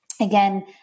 Again